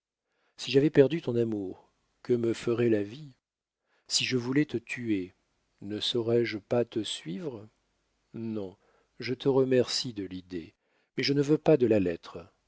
si j'avais perdu ton amour que me ferait la vie si je voulais te tuer ne saurais-je pas te suivre non je te remercie de l'idée mais je ne veux pas de la lettre